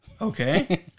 Okay